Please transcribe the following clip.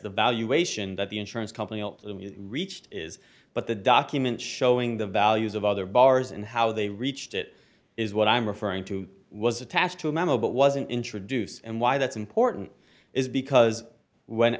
the valuation that the insurance company reached is but the document showing the values of other bars and how they reached it is what i'm referring to was attached to a memo but wasn't introduced and why that's important is because when